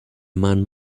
man